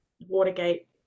Watergate